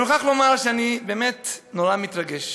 אני מוכרח לומר שאני באמת נורא מתרגש,